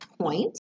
point